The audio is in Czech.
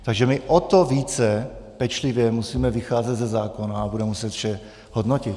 Takže my o to více pečlivě musíme vycházet ze zákona a budeme muset vše hodnotit.